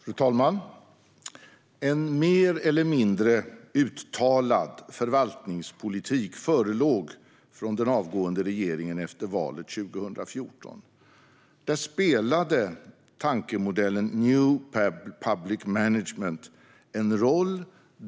Fru talman! En mer eller mindre uttalad förvaltningspolitik förelåg från den avgående regeringen efter valet 2014. Där spelade tankemodellen new public management en roll.